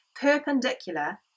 perpendicular